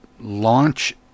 launch